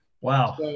Wow